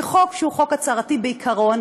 כי חוק שהוא חוק הצהרתי בעיקרון,